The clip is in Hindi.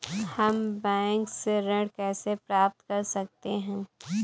हम बैंक से ऋण कैसे प्राप्त कर सकते हैं?